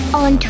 on